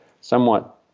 somewhat